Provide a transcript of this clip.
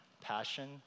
passion